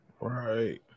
Right